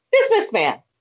businessman